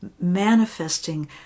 manifesting